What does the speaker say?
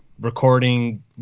recording